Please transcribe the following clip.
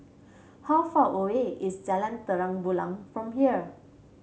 how far away is Jalan Terang Bulan from here